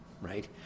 right